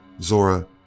Zora